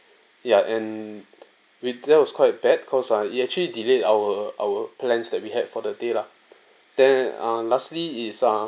ya and with that was quite bad cause I actually delayed our our plans that we had for the day lah then err lastly is uh